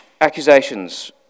accusations